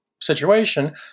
situation